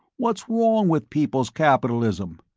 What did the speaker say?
what's wrong with people's capitalism?